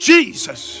Jesus